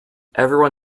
everyone